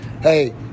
hey